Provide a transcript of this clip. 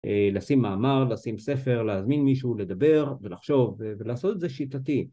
לשים מאמר, לשים ספר, להזמין מישהו לדבר ולחשוב ולעשות את זה שיטתי.